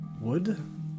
wood